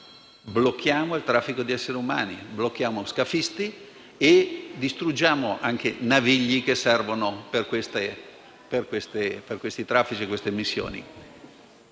blocchiamo il traffico di esseri umani, blocchiamo gli scafisti e distruggiamo anche i navigli che servono per questi traffici. Ha funzionato?